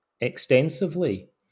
extensively